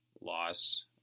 loss